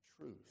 truth